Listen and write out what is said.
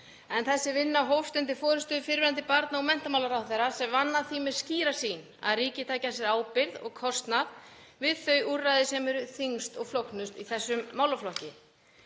Þessi vinna hófst undir forystu fyrrverandi barna- og menntamálaráðherra sem vann að því, með skýra sýn, að ríkið tæki að sér ábyrgð og kostnað við þau úrræði sem eru þyngst og flóknust í þessum málaflokki.